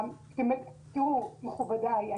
מכובדיי,